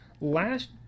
Last